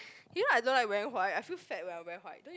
you know I don't like wearing white I feel fat when I wear white don't you